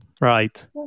Right